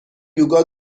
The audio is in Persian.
یوگا